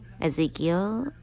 Ezekiel